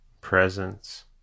presence